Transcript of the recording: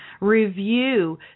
review